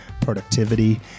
productivity